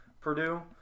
Purdue